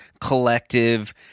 collective